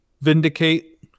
Vindicate